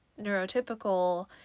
neurotypical